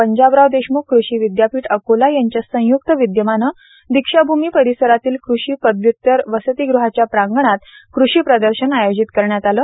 पंजाबराव देशम्ख कृषी विद्यापीठ अकोला यांच्या संय्क्त विद्यमाने दीक्षाभूमी परिसरातील कृषी पदव्यत्तर वसतिगृहाच्या प्रांगणात कृषी प्रदर्शन आयोजित करण्यात आले